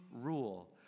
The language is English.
rule